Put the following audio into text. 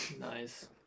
nice